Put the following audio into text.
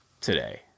today